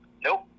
Nope